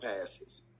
passes